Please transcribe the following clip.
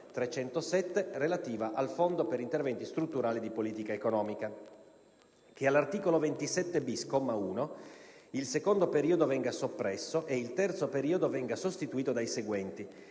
307, relativa al Fondo per interventi strutturali di politica economica."; - che all'articolo 27-*bis*, comma 1, il secondo periodo venga soppresso e il terzo periodo venga sostituito dai seguenti: